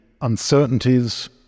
uncertainties